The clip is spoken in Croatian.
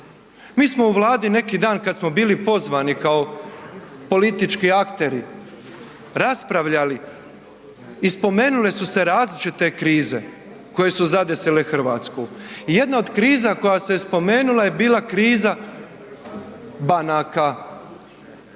Mi smo u Vladi neki dan kada smo bili pozvani kao politički akteri raspravljali i spomenule su se različite krize koje su zadesile Hrvatsku, jedna od kriza koja se spomenula je bila kriza banaka i tada